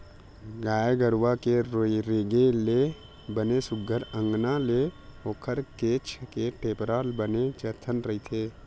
गाय गरुवा के रेगे ले बने सुग्घर अंकन ले ओखर घेंच के टेपरा बने बजत रहिथे